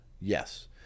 yes